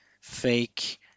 fake